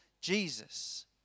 Jesus